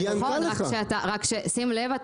שים לב,